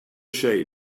shape